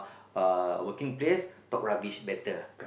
uh working place talk rubbish better